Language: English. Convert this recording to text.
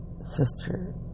sister